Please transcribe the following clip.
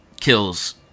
kills